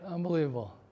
Unbelievable